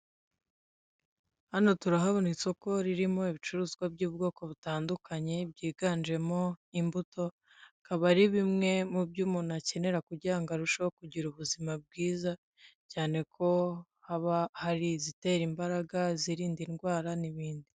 Hano turahabona isoko ririmo ibicuruzwa by'ubwoko butandukanye byiganjemo imbuto. Akaba ari bimwe mu byo umuntu akenera kugirango arusheho kugira ubuzima bwiza, cyane ko haba hari izitera imbaraga, izirinda indwara n'ibindi.